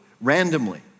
randomly